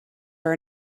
are